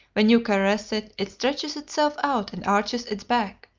when you caress it, it stretches itself out and arches its back,